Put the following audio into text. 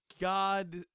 God